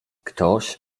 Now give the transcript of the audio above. ktoś